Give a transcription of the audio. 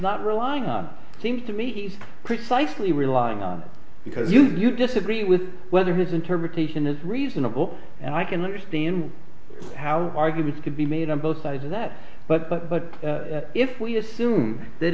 not relying on seems to me he's precisely relying on because you disagree with whether his interpretation is reasonable and i can understand how arguments could be made on both sides of that but but but if we assume that